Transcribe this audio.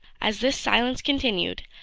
as this silence continued,